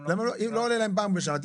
אם לא עולה להן פעם בשנה.